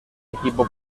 equipo